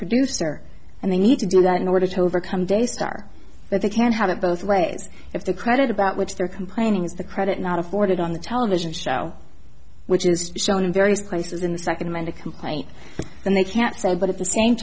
producer and they need to do that in order to overcome daystar but they can't have it both ways if the credit about which they're complaining is the credit not afforded on the television show which is shown in various places in the second man to complain that they can't say but at the same